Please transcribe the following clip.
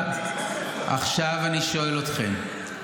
עכשיו אני שואל אתכם,